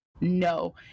no